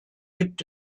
gibt